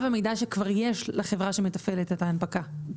המידע שכבר יש לחברה שמתפעלת את ההנפקה.